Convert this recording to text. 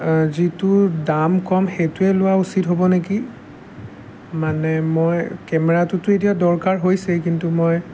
যিটো দাম কম সেইটোৱে লোৱা উচিত হ'ব নেকি মানে মই কেমেৰাটোতো এতিয়া দৰকাৰ হৈছেই কিন্তু মই